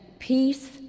peace